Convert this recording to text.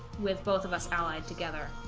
with both of us allied together